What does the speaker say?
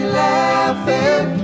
laughing